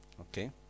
Okay